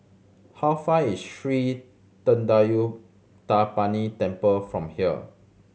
how far is Sri Thendayuthapani Temple from here